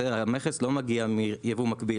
המכס לא מגיע מיבוא מקביל,